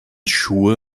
schuhe